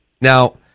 Now